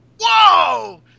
whoa